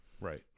Right